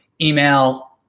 email